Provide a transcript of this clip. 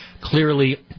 Clearly